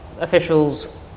officials